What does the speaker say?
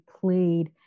played